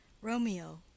Romeo